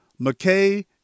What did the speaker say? McKay